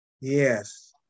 Yes